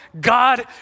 God